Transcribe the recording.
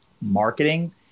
Marketing